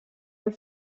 del